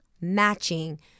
matching